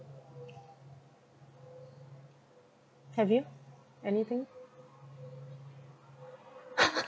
have you anything